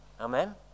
Amen